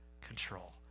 control